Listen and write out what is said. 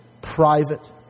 private